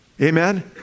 amen